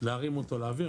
להרים אותו לאוויר,